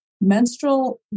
menstrual